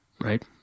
right